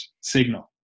signal